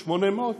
800?